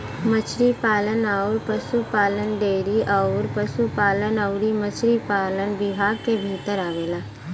मछरी पालन अउर पसुपालन डेयरी अउर पसुपालन अउरी मछरी पालन विभाग के भीतर आवेला